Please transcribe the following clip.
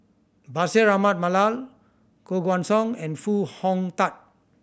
Bashir Ahmad Mallal Koh Guan Song and Foo Hong Tatt